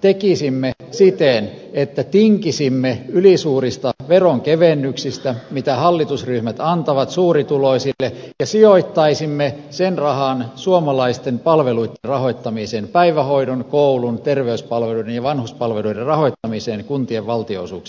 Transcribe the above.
tekisimme siten että tinkisimme ylisuurista veronkevennyksistä mitä hallitusryhmät antavat suurituloisille ja sijoittaisimme sen rahan suomalaisten palveluitten rahoittamiseen päivähoidon koulun terveyspalveluiden ja vanhuspalveluiden rahoittamiseen kuntien valtionosuuksien kautta